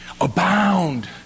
abound